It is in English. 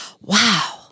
wow